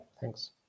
thanks